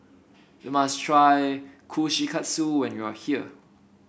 you must try Kushikatsu when you are here